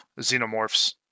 Xenomorphs